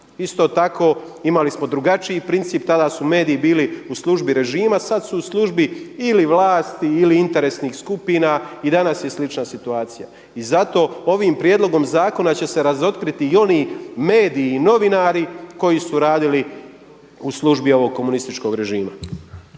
Isto tako, imali smo drugačiji princip, tada su mediji bili u službi režima a sada su u službi ili vlasti ili interesnih skupina. I danas je slična situacija. I zato ovim prijedlogom zakona će se razotkriti i oni mediji i novinari koji su radili u službi ovog komunističkog režima.